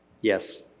yes